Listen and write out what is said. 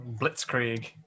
Blitzkrieg